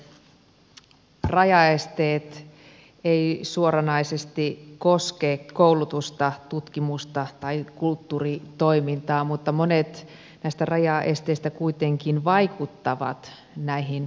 rajaesteet eivät suoranaisesti koske koulutusta tutkimusta tai kulttuuritoimintaa mutta monet näistä rajaesteistä kuitenkin vaikuttavat näihin alueisiin